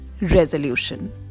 resolution